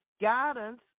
guidance